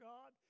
God